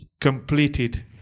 completed